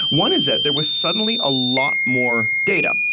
one is that there was suddenly a lot more data.